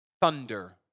Thunder